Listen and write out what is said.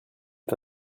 est